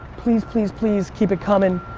please, please, please keep it comin',